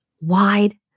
wide